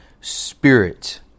Spirit